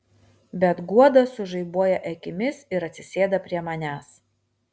bet guoda sužaibuoja akimis ir atsisėda prie manęs